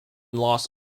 las